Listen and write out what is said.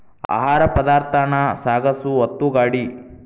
ಆಹಾರ ಪದಾರ್ಥಾನ ಸಾಗಸು ಒತ್ತುಗಾಡಿ